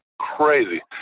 crazy